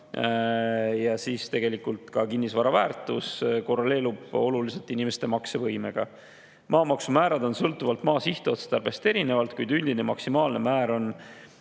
maa väärtusega. Kinnisvara väärtus korreleerub oluliselt inimeste maksevõimega. Maamaksumäärad on sõltuvalt maa sihtotstarbest erinevad, kuid üldine maksimaalne määr on